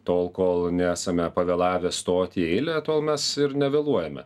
tol kol nesame pavėlavę stoti į eilę tol mes ir nevėluojame